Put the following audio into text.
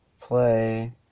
play